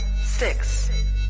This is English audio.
six